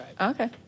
Okay